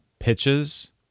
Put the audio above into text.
pitches